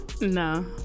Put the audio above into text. No